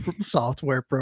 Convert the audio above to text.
software